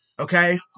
Okay